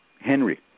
Henry